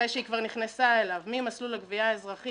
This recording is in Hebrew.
אחרי שהיא כבר נכנסה אליו ממסלול הגבייה האזרחי